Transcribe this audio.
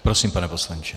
Prosím, pane poslanče.